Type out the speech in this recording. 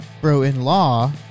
bro-in-law